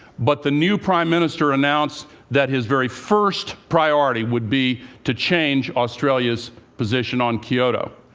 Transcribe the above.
but the new prime minister announced that his very first priority would be to change australia's position on kyoto,